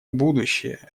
будущее